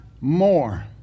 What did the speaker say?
more